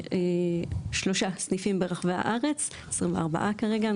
יש לנו 23 סניפים ברחבי הארץ, 24 כרגע.